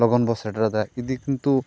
ᱞᱚᱜᱚᱱᱵᱚ ᱥᱮᱴᱮᱨ ᱫᱟᱲᱮᱭᱟᱜᱼᱟ ᱤᱫᱤ ᱠᱤᱱᱛᱩ